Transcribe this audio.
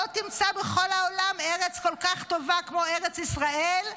לא תמצא בכל העולם ארץ כל כך טובה כמו ארץ ישראל,